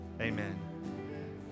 Amen